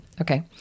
okay